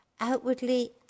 outwardly